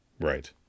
Right